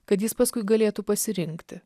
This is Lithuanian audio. kad jis paskui galėtų pasirinkti